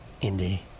Indy